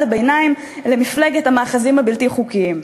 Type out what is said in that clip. הביניים לבין מפלגת המאחזים הבלתי-חוקיים?